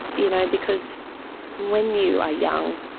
you know because when you are young,